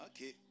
Okay